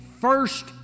first